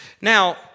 now